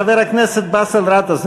חבר הכנסת באסל גטאס,